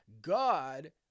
God